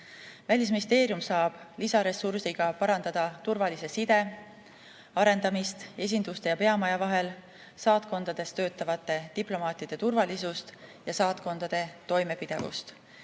Välisministeerium saab lisaressursiga parandada turvalise side arendamist esinduste ja peamaja vahel, saatkondades töötavate diplomaatide turvalisust ja saatkondade toimepidevust.